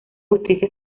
justicia